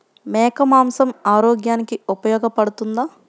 మేక మాంసం ఆరోగ్యానికి ఉపయోగపడుతుందా?